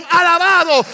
alabado